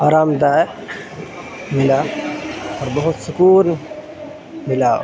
آرام دہ ملا اور بہت سکون ملا